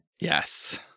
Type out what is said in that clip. Yes